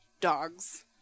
dogs